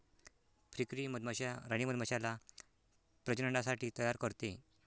फ्रीकरी मधमाश्या राणी मधमाश्याला प्रजननासाठी तयार करते